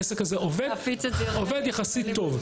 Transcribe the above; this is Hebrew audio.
העסק הזה עובד יחסית טוב.